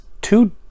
two